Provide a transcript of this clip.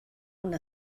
una